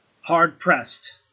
hard-pressed